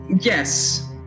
Yes